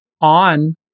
on